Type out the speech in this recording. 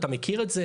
אתה מכיר את זה.